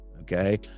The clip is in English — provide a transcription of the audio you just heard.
okay